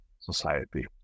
society